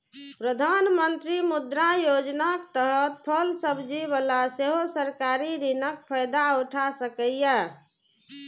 प्रधानमंत्री मुद्रा योजनाक तहत फल सब्जी बला सेहो सरकारी ऋणक फायदा उठा सकैए